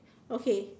okay